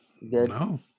No